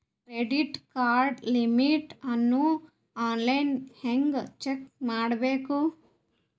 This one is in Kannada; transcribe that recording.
ಕ್ರೆಡಿಟ್ ಕಾರ್ಡ್ ಲಿಮಿಟ್ ಅನ್ನು ಆನ್ಲೈನ್ ಹೆಂಗ್ ಚೆಕ್ ಮಾಡೋದು?